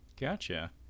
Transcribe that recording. gotcha